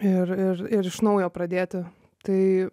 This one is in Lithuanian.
ir ir ir iš naujo pradėti tai